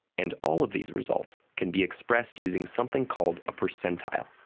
and all of these results can be expressed using something called a percentile.